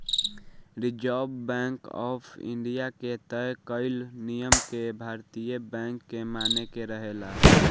reserve bank of India के तय कईल नियम के भारतीय बैंक के माने के रहेला